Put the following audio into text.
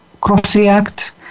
cross-react